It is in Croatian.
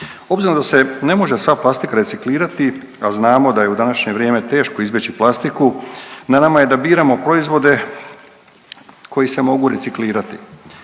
Obzirom da se ne može sva plastika reciklirati, a znamo da je u današnje vrijeme teško izbjeći plastiku na nama je da biramo proizvode koji se mogu reciklirati.